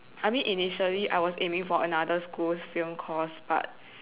I mean initially I was aiming for another school's film course but